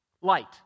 Light